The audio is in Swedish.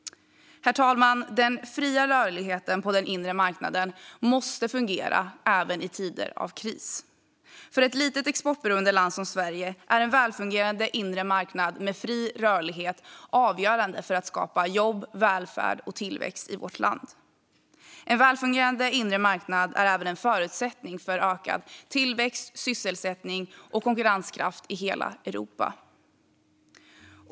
Herr talman! Den fria rörligheten på den inre marknaden måste fungera även i tider av kris. För ett litet, exportberoende land som Sverige är en välfungerande inre marknad med fri rörlighet avgörande för att skapa jobb, välfärd och tillväxt. En välfungerande inre marknad är även en förutsättning för ökad tillväxt, sysselsättning och konkurrenskraft i hela Europa.